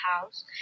House